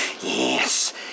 yes